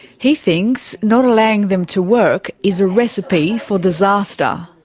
he thinks not allowing them to work is a recipe for disaster.